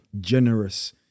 generous